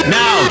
now